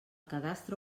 cadastre